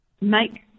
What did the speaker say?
make